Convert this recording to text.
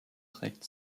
trägt